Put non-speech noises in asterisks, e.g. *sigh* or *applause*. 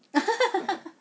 *laughs*